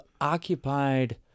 occupied